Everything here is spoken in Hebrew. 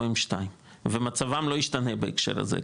או עם שניים ומצבן לא ישתנה בהקשר הזה,